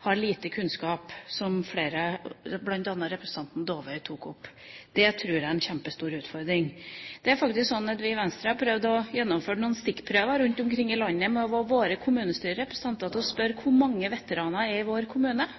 har lite kunnskap, som flere har tatt opp, bl.a. representanten Dåvøy. Det tror jeg er en kjempestor utfordring. Vi i Venstre har prøvd å gjennomføre noen stikkprøver rundt omkring i landet ved å få våre kommunestyrerepresentanter til å spørre hvor mange veteraner det er i kommunen.